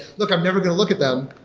look, i'm never going to look at them.